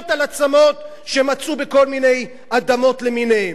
על עצמות שמצאו בכל מיני אדמות למיניהן.